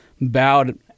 bowed